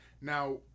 Now